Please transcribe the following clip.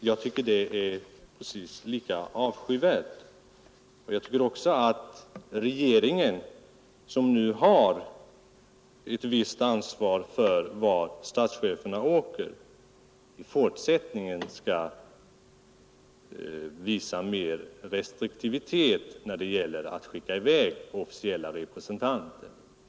Jag tycker att det är precis lika avskyvärt. Jag tycker också att regeringen, som nu har ett visst ansvar för vart statschefen åker, i fortsättningen skall visa mer restriktivitet när det gäller att skicka i väg officiella representanter.